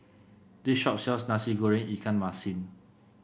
this shop sells Nasi Goreng Ikan Masin